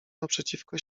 naprzeciwko